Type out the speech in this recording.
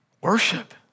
Worship